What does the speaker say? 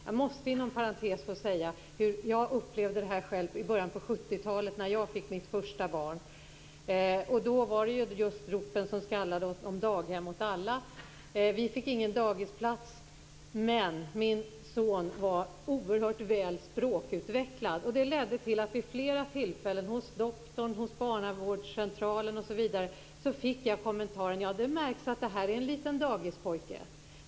Jag måste inom parentes berätta om hur jag själv upplevde detta i början av 70-talet, när jag fick mitt första barn. Ropen skallade då om daghem åt alla. Vi fick ingen dagisplats. Min son var ändå oerhört väl språkutvecklad, vilket ledde till att jag vid flera tillfällen, hos doktorn, på barnavårdscentralen, osv. fick kommentaren: Det märks att det här är en liten dagispojke!